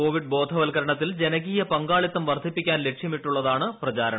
Covid ബോധവൽക്കരണത്തിൽ ജനകീയ പങ്കാളിത്തം വർദ്ധിപ്പിക്കാൻ ലക്ഷ്യമിട്ടുള്ളതാണ് പ്രചാരണം